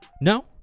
No